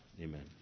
Amen